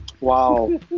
Wow